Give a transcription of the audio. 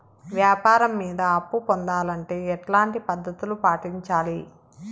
వ్యాపారం మీద అప్పు పొందాలంటే ఎట్లాంటి పద్ధతులు పాటించాలి?